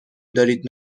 دارید